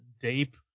deep